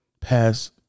pass